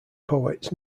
poets